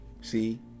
See